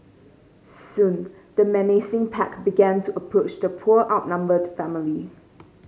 soon the menacing pack began to approach the poor outnumbered family